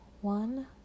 one